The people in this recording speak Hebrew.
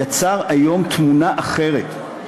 תמונה אחרת.